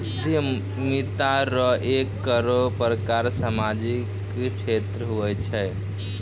उद्यमिता रो एक बड़ो प्रकार सामाजिक क्षेत्र हुये छै